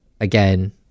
again